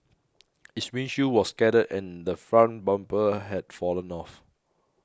its windshield was shattered and the front bumper had fallen off